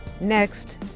Next